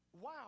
wow